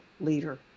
leader